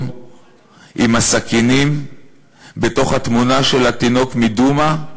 עם הסכינים בתוך התמונה של התינוק מדומא?